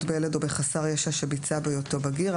בילד או בחסר ישע שביצע בהיותו בגיר,